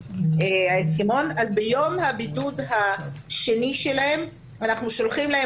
אז ביום הבידוד השני שלהם אנחנו שולחים להם